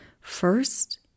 First